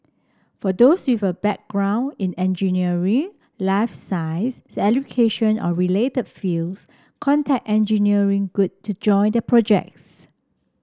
for those with a background in engineering life or related fields contact Engineering Good to join the projects